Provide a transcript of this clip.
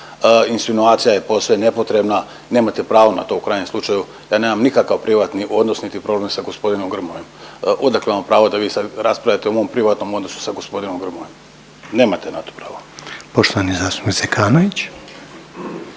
Insinuacija je posve nepotrebna, nemate pravo na to u krajnjem slučaju. Ja nemam nikakav privatni odnos niti problem sa gospodinom Grmojom. Odakle vam pravo da vi sad raspravljate o mom privatnom odnosu sa gospodinom Grmojom? Nemate na to pravo. **Reiner,